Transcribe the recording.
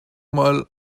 mal